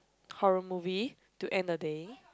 horror movie to end the day